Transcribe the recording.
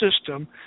system